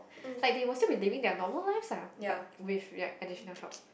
like they will still be living their normal lives ah but with with like additional help